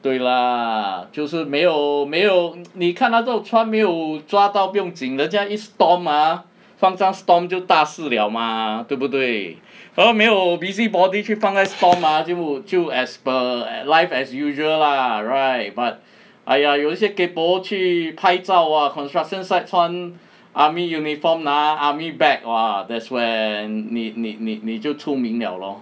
对 lah 就是没有没有 你看到这种穿没有抓到不用紧人家一 stomp ah 放上 stomp 就大事了嘛对不对而没有 busybody 去放在 stomp ah 就就 as per err life as usual lah right but !aiya! 有一些 kay po 去拍照 ah construction site 穿 army uniform ah army bag !wah! that's where and 你你你就出名了 lor